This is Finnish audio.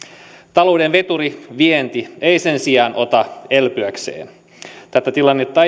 talouden veturi vienti ei sen sijaan ota elpyäkseen tätä tilannetta